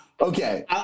okay